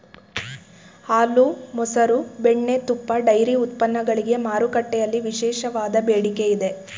ಹಾಲು, ಮಸರು, ಬೆಣ್ಣೆ, ತುಪ್ಪ, ಡೈರಿ ಉತ್ಪನ್ನಗಳಿಗೆ ಮಾರುಕಟ್ಟೆಯಲ್ಲಿ ವಿಶೇಷವಾದ ಬೇಡಿಕೆ ಇದೆ